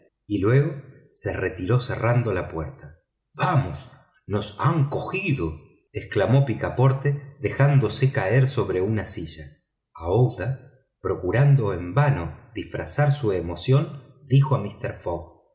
y luego se retiró cerrando la puerta vamos nos han agarrado exclamó picaporte dejándose caer sobre una silla aouida procurando en vano disfrazar su emoción dijo a mister fogg